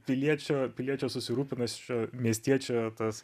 piliečio piliečio susirūpinušio miestiečio tas